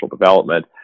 development